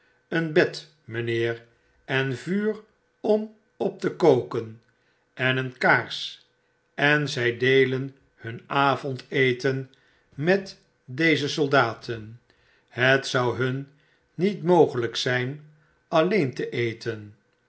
een bed mynheer en vuur om op te koken en een kaars en zy deelen hun avondeten met deze soldaten het zou hun niet mogelyk zyn alleen te eten